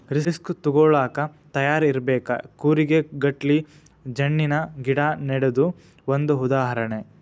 risk ತುಗೋಳಾಕ ತಯಾರ ಇರಬೇಕ, ಕೂರಿಗೆ ಗಟ್ಲೆ ಜಣ್ಣಿನ ಗಿಡಾ ನೆಡುದು ಒಂದ ಉದಾಹರಣೆ